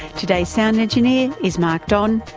today's sound engineer is mark don.